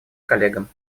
коллегам